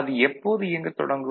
அது எப்போது இயங்கத் தொடங்கும்